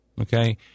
okay